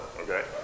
Okay